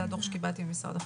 זה הדוח שקיבלתי ממשרד החינוך.